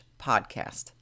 podcast